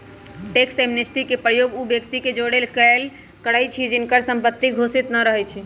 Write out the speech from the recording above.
tax amnesty के प्रयोग उ व्यक्ति के जोरेके लेल करइछि जिनकर संपत्ति घोषित न रहै छइ